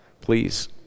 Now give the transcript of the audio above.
please